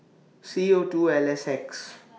C O two L S X